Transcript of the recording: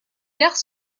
gares